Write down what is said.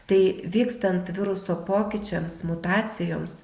tai vykstant viruso pokyčiams mutacijoms